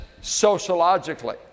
sociologically